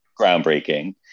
groundbreaking